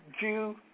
Jew